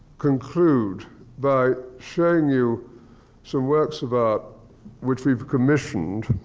conclude by showing you some works of art which we've commissioned,